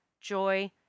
joy